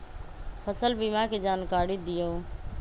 फसल बीमा के जानकारी दिअऊ?